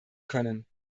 können